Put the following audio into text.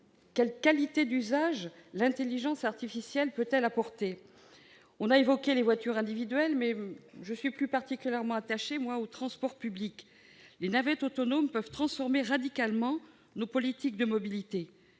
Quelle qualité d'usage l'intelligence artificielle peut-elle apporter ? On a évoqué les voitures individuelles, mais je suis plus particulièrement attachée, pour ma part, aux transports publics. Les navettes autonomes peuvent transformer radicalement nos politiques de mobilité.